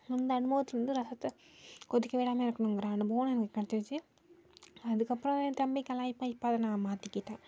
அந்த அனுபவத்துலருந்து ரசத்தை கொதிக்க விடாமல் இறக்கணுங்கிற அனுபவம் எனக்கு கிடச்சிச்சி அதுக்கப்பறம் என் தம்பி கலாய்ப்பான் இப்போ அதை நான் மாற்றிக்கிட்டேன்